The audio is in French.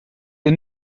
les